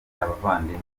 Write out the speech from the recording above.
abavandimwe